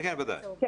כן.